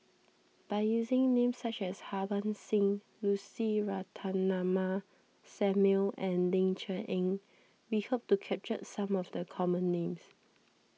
by using names such as Harbans Singh Lucy Ratnammah Samuel and Ling Cher Eng we hope to capture some of the common names